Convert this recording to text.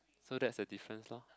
so that's a difference lor